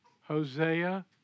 Hosea